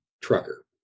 trucker